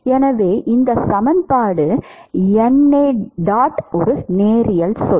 எனவே இந்த சமன்பாடு ஒரு நேரியல் சொல்